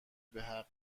بحق